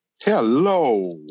Hello